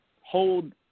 hold